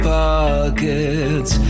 pockets